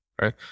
right